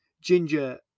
Ginger